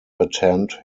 attend